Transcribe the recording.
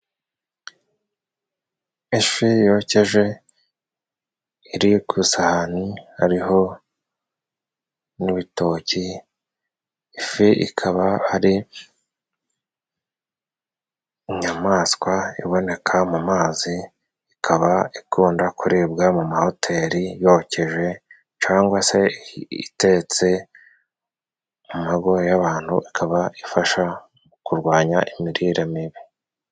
Ifi yokeje iri ku sahani, hariho n'ibitoki. Ifi ikaba ari inyamaswa iboneka mu mazi, ikaba ikunda kuribwa mu mahoteli yokeje cangwa se itetse, amago y'abantu ikaba ifasha kurwanya imirire mibi.